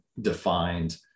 defined